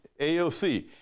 AOC